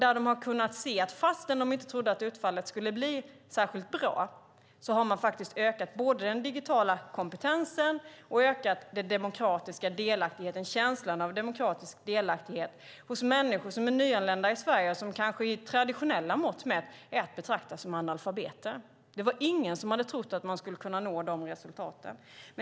Trots att man inte trodde att utfallet skulle bli särskilt bra har man faktiskt ökat både den digitala kompetensen och känslan av demokratisk delaktighet hos människor som är nyanlända i Sverige och som med traditionella mått mätt kanske är att betrakta som analfabeter. Det var ingen som hade trott att man skulle kunna nå dessa resultat.